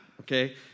okay